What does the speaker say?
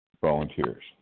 volunteers